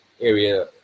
area